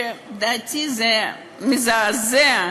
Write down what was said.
ולדעתי זה מזעזע,